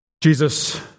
Jesus